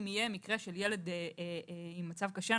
אם יהיה מקרה של ילד במצב קשה,